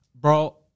Bro